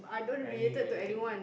any relation